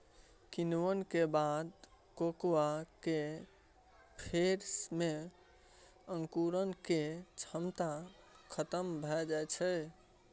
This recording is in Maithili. किण्वन केर बाद कोकोआ केर फर मे अंकुरण केर क्षमता खतम भए जाइ छै